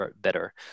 better